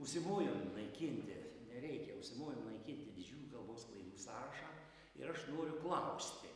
užsimojom naikinti nereikia užsimojom naikinti didžiųjų kalbos klaidų sąrašą ir aš noriu klausti